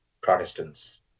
Protestants